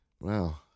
wow